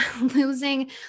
losing